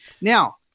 Now